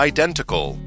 Identical